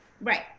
Right